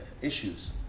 Issues